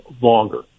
longer